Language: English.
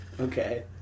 Okay